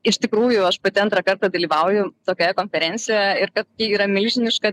iš tikrųjų aš pati antrą kartą dalyvauju tokioje konferencijoje ir kad tai yra milžiniška